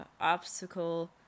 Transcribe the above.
obstacle